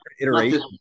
iteration